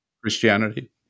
Christianity